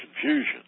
confusion